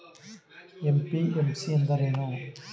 MPMC ಎಂದರೇನು?